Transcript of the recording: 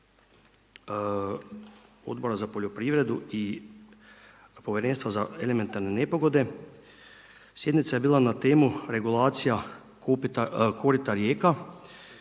Odbora za poljoprivredu i Povjerenstva za elementarne nepogode. Sjednica je bila na temu regulacija korita rijeka